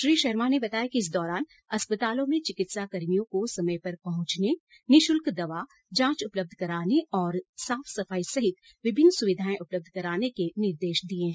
श्री शर्मा ने बताया कि इस दौरान अस्पतालों में चिकित्साकर्मियों को समय पर पहंचने निःशुल्क दवा जांच उपलब्ध कराने और साफ सफाई सहित विभिन्न सुविधाएं उपलब्ध कराने के निर्देश दिए गेए